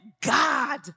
God